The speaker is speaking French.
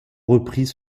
repris